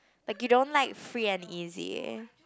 like you don't like free and easy